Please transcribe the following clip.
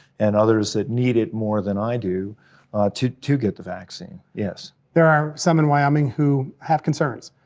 and others that need it more than i do to to get the vaccine, yes. there are some in wyoming who have concerns